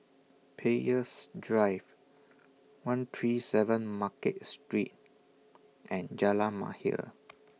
Peirce Drive one three seven Market Street and Jalan Mahir